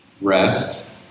rest